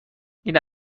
این